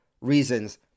reasons